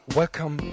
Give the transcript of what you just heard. welcome